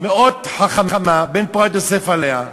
מאוד חכמה, בן פורת יוסף עליה,